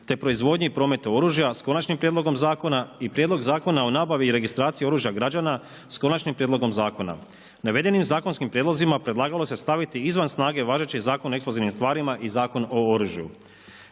te proizvodnji i prometu oružja s konačnim prijedlogom zakona i Prijedlog Zakona o nabavi i registraciji oružja građana s konačnim prijedlogom zakona. Navedenim zakonskim prijedlozima predlagalo se staviti izvan snage važeći Zakon o eksplozivnim tvarima i Zakon o oružju.